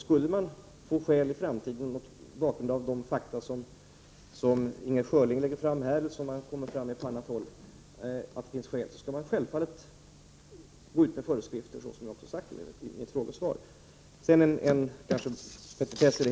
Skulle man i framtiden, mot bakgrund av de fakta som Inger Schörling lägger fram här eller någonting annat, finna att det finns skäl, så skall man självfallet gå ut med föreskrifter. Det har jag ju också sagt i mitt frågesvar.